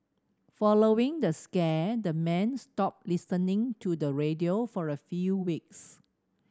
following the scare the men stopped listening to the radio for a few weeks